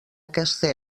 aquesta